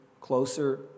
closer